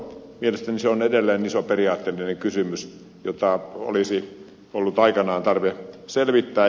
mielestäni se on edelleen iso periaatteellinen kysymys jota olisi ollut aikanaan tarve selvittää